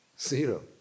zero